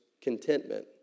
contentment